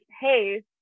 hey